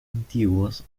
antiguos